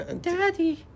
Daddy